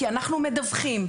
כי אנחנו מדווחים.